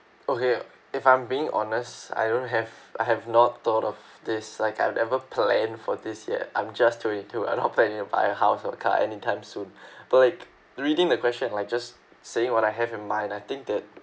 okay if I'm being honest I don't have I have not thought of this like I've never planned for this yet I'm just twenty-two I'm not planning to buy a house or car anytime soon but like reading the question like just saying what I have in mind I think that